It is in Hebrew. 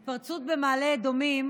התפרצות במעלה אדומים,